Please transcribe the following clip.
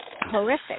horrific